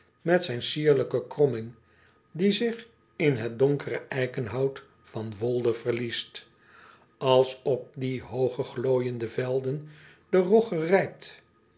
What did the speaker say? met zijn sierlijke kromming die zich in het donkere eikenhout van oolde verliest ls op die hooge glooijende velden de rogge rijpt